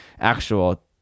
actual